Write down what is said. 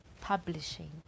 publishing